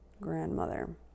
grandmother